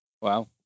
Wow